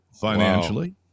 financially